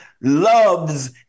loves